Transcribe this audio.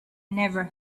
never